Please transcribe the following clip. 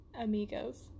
Amigos